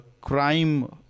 crime